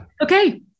okay